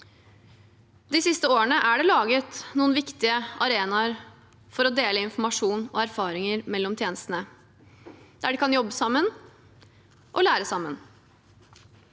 De siste årene er det laget noen viktige arenaer for å dele informasjon og erfaringer mellom tjenestene, der de kan jobbe sammen og lære sammen.